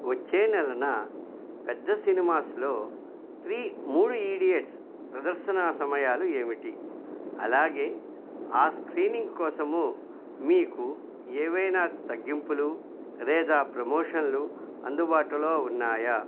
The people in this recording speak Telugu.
వచ్చే నెలన పెద్ద సినిమాస్లో త్రీ మూడు ఇడియట్స్ ప్రదర్శన సమయాలు ఏమిటి అలాగే ఆ స్క్రీనింగ్ కోసము మీకు ఏవైనా తగ్గింపులు లేదా ప్రమోషన్లు అందుబాటులో ఉన్నాయా